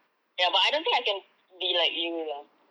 ya but I don't think I can be like you lah